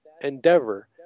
endeavor